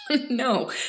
No